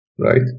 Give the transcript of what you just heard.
Right